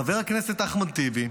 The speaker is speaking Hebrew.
חבר הכנסת אחמד טיבי,